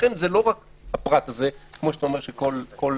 לכן זה לא רק הפרט הזה, כמו שאתה אומר שכל שר.